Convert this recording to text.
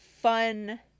fun